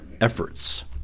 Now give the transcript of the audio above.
efforts